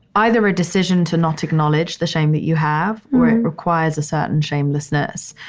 either a decision to not acknowledge the shame that you have or it requires a certain shamelessness.